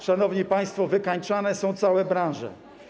Szanowni państwo, wykańczane są całe branże.